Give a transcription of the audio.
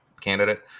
candidate